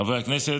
חברי הכנסת,